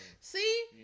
See